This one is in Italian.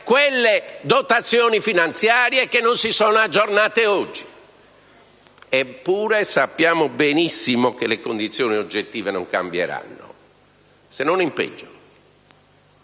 quelle dotazioni finanziarie che non si sono aggiornate oggi. Eppure sappiamo benissimo che le condizioni oggettive non cambieranno, se non in peggio.